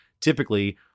typically